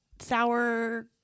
sour